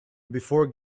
before